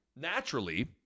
naturally